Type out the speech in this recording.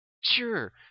Sure